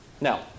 Now